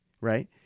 right